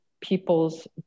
people's